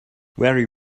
very